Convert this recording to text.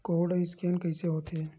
Code scan कइसे होथे?